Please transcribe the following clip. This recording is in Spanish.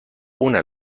una